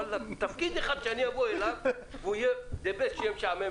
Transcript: אין תפקיד אחד שאני אבוא אליו והכול בו יהיה טוב ומשעמם.